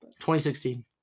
2016